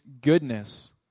Goodness